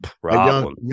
problem